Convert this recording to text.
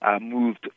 moved